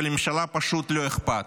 ולממשלה פשוט לא אכפת.